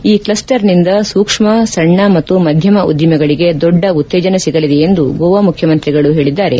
ಈ ಕ್ಲಸ್ಟರ್ನಿಂದ ಸೂಕ್ಷ್ಮ ಸಣ್ಣ ಮತ್ತು ಮಧ್ಯಮ ಉದ್ದಿಮೆಗಳಗೆ ದೊಡ್ಡ ಉತ್ತೇಜನ ಸಿಗಲಿದೆ ಎಂದು ಗೋವಾ ಮುಖ್ಯಮಂತ್ರಿಗಳು ಹೇಳಿದ್ದಾರೆ